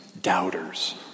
doubters